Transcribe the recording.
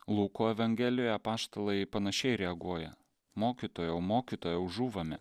luko evangelijoje apaštalai panašiai reaguoja mokytojau mokytojau žūvame